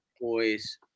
boys